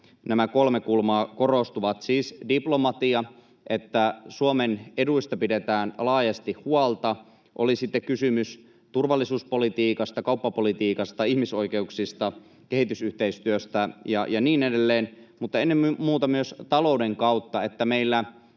nämä kolme kulmaa korostuvat, siis diplomatia, se, että Suomen eduista pidetään laajasti huolta, oli sitten kysymys turvallisuuspolitiikasta, kauppapolitiikasta, ihmisoikeuksista, kehitysyhteistyöstä ja niin edelleen, mutta ennen muuta myös talous, niin että meillä